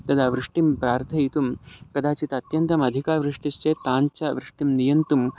तदा वृष्टिं प्रार्थयितुं कदाचित् अत्यन्तमधिका वृष्टिश्चेत् ताञ्च वृष्टिं नियन्तुम्